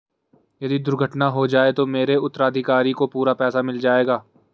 यदि दुर्घटना हो जाये तो मेरे उत्तराधिकारी को पूरा पैसा मिल जाएगा?